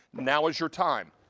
now is your time.